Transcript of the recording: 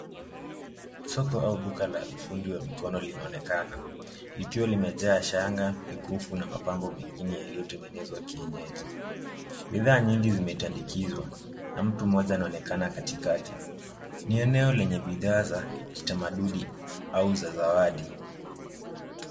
Soko au duka la ufundi wa mikono linaonekana likiwa limejaa shanga, mikufu na mapambo mengine yaliyotengenezwa kienyeji. Bidhaa nyingi zimetandikizwa na mtu mmoja anaonekana katikati. Ni eneo lenye bidhaa za kitamaduni au za zawadi.